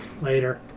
Later